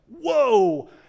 whoa